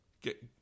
Get